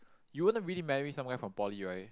you wouldn't really marry somewhere from poly right